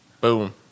boom